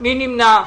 מי נמנע?